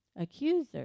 accuser